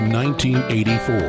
1984